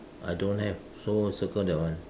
I don't have so circle that one